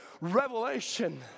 revelation